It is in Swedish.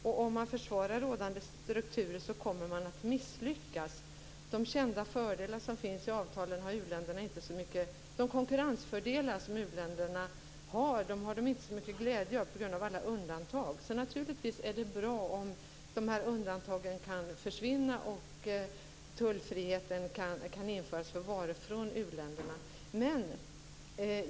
Om man försvarar rådande strukturer kommer man att misslyckas. De konkurrensfördelar som u-länderna har fått har de inte så mycket glädje av på grund av alla undantag. Därför är det naturligtvis bra om de här undantagen kan försvinna och tullfriheten kan införas för varor från u-länderna.